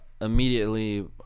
immediately